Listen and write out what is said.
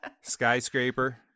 skyscraper